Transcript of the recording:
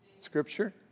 scripture